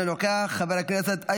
חבר הכנסת דן אילוז,